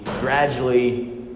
gradually